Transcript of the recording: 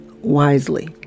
wisely